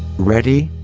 ready?